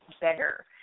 better